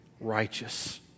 righteous